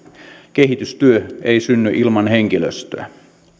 kehitystyö ei synny ilman henkilöstöä